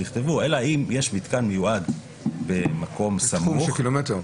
אז שיוסיפו "אם יש מתקן מיוחד במקום סמוך".